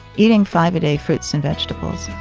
eating five a day, fruits and vegetables